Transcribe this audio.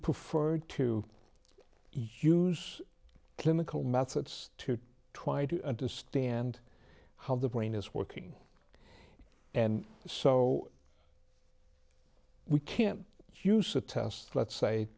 prefer to use clinical methods to try to understand how the brain is working and so we can't use a test let's say